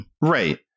Right